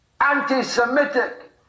anti-Semitic